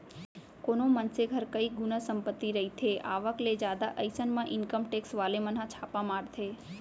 कोनो मनसे घर कई गुना संपत्ति रहिथे आवक ले जादा अइसन म इनकम टेक्स वाले मन ह छापा मारथे